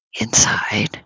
inside